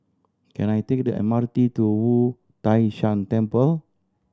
can I take the M R T to Wu Tai Shan Temple